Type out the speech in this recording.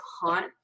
haunt